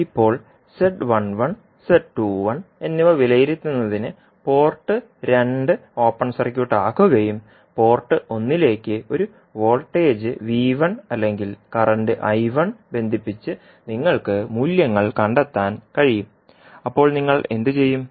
ഇപ്പോൾ എന്നിവ വിലയിരുത്തുന്നതിന് പോർട്ട് 2 ഓപ്പൺ സർക്യൂട്ട് ആക്കുകയും പോർട്ട് 1ലേക്ക് ഒരു വോൾട്ടേജ് V1 അല്ലെങ്കിൽ കറന്റ് ബന്ധിപ്പിച്ച് നിങ്ങൾക്ക് മൂല്യങ്ങൾ കണ്ടെത്താൻ കഴിയും അപ്പോൾ നിങ്ങൾ എന്തു ചെയ്യും